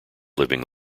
living